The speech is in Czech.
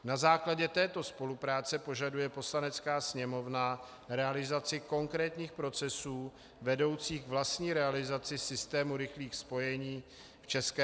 Na základě této spolupráce požaduje Poslanecká sněmovna realizaci konkrétních procesů vedoucích k vlastní realizaci systému rychlých spojení v ČR.